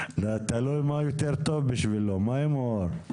תלוי מה יותר טוב בשבילו, מים או אור?